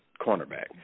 cornerback